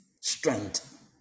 strength